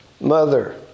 mother